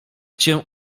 cię